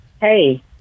Hey